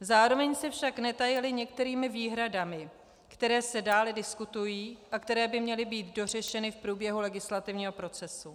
Zároveň se však netajili některými výhradami, které se dále diskutují a které by měly být dořešeny v průběhu legislativního procesu.